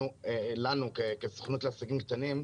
אנחנו, כסוכנות לעסקים קטנים,